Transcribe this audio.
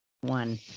one